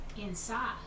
inside